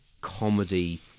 comedy